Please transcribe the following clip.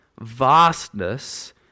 vastness